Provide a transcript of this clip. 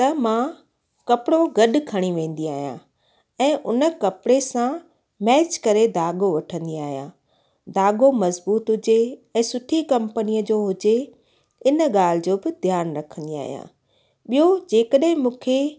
त मां कपिड़ो गॾु खणी वेंदी आहियां ऐं हुन कपिड़े सां मैच करे दाॻो वठंदी आहियां दाॻो मजबूतु हुजे ऐं सुठे कंपनीअ जो हुजे हिन ॻाल्हि जो बि ध्यानु रखंदी आहियां ॿियूं जे कॾहिं मूंखे